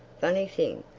funny thing,